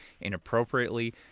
inappropriately